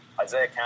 Isaiah